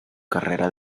carrera